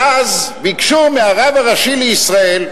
ואז ביקשו מהרב הראשי לישראל,